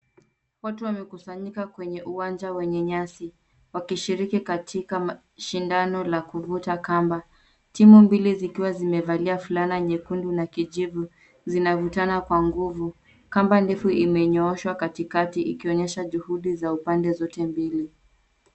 Watu wamekusanyika kwenye uwanja wenye nyasi. Wakishiriki katika shindano la kuvuta kamba. Timu mbili zikiwa zimevalia fulana nyekundu na kijivu, zinavutana kwa nguvu. Kamba ndefu imenyooshwa katikati ikionyesha juhudi za upande zote mbili.